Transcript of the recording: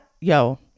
Yo